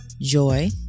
joy